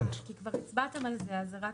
כי כבר הצבעתם על זה, אז רק